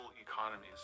economies